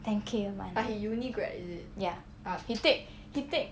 ten K a month eh ya he take he take